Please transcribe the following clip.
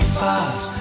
fast